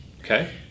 Okay